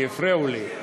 כי הפריעו לי.